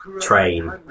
train